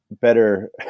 better